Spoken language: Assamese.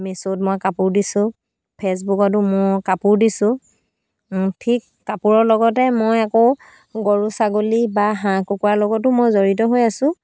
মেচ'ত মই কাপোৰ দিছোঁ ফে'চবুকতো মোৰ কাপোৰ দিছোঁ ঠিক কাপোৰৰ লগতে মই আকৌ গৰু ছাগলী বা হাঁহ কুকুৰাৰ লগতো মই জড়িত হৈ আছোঁ